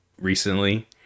recently